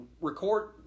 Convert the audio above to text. record